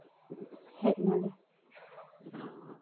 ᱦᱮᱡ ᱱᱟᱞᱮ